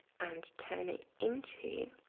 and turn it into